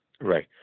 Right